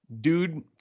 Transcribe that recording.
dude